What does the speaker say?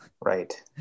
Right